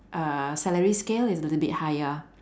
uh salary scale is a little bit higher